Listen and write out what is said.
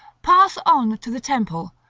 pass on to the temple,